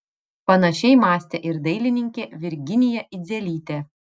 panašiai mąstė ir dailininkė virginija idzelytė